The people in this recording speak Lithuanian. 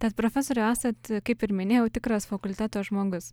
tad profesoriau esat kaip ir minėjau tikras fakulteto žmogus